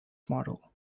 model